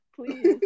Please